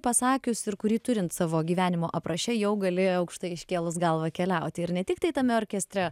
pasakius ir kurį turint savo gyvenimo apraše jau galėjo aukštai iškėlus galvą keliauti ir ne tiktai tame orkestre